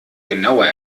genauer